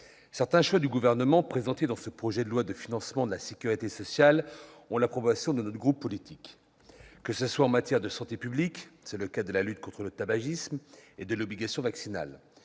certains choix du Gouvernement présentés dans ce projet de loi de financement de la sécurité sociale recueillent l'approbation de notre groupe politique, que ce soit en matière de santé publique- c'est le cas de la lutte contre le tabagisme et de l'obligation vaccinale